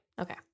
okay